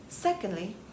Secondly